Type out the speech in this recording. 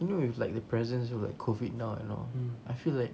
you know if like the presence of like COVID now and all I feel like